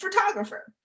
photographer